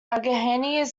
allegheny